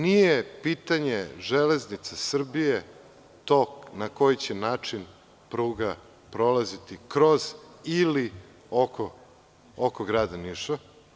Nije pitanje Železnice Srbije to na koji će način pruga prolaziti kroz ili oko Grada Niša.